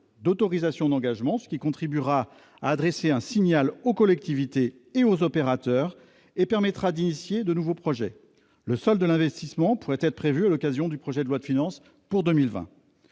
d'autorisations d'engagement, ce qui contribuera à adresser un signal aux collectivités et aux opérateurs et permettra d'engager de nouveaux projets. Le solde de l'investissement pourrait être prévu dans le projet de loi de finances pour 2020.